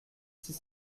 six